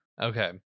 Okay